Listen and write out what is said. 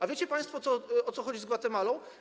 A wiecie państwo o co chodzi z Gwatemalą?